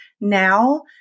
now